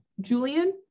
Julian